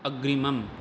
अग्रिमम्